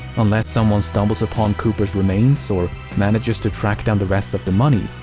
unless someone stumbles upon cooper's remains or manages to track down the rest of the money,